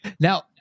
now